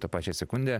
tą pačią sekundę